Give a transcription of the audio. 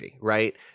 Right